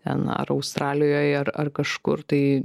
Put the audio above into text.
ten ar australijoj ar ar kažkur tai